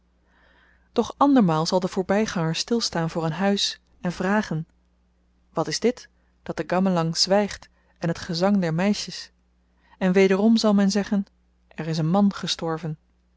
doch andermaal zal de voorbyganger stilstaan voor een huis en vragen wat is dit dat de gamlang zwygt en het gezang der meisjes en wederom zal men zeggen er is een man gestorven